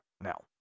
now